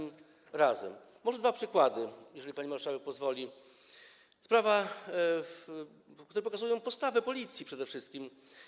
Może dwa przykłady, jeżeli pani marszałek pozwoli, które pokazują postawę Policji przede wszystkim.